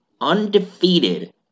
undefeated